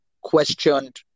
questioned